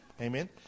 amen